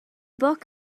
book